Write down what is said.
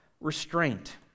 restraint